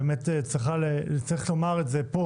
צריך לומר את זה פה